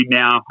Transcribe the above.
now